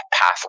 path